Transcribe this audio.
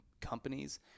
companies